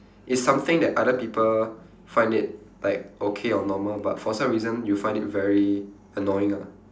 it's something that other people find it like okay or normal but for some reason you find it very annoying lah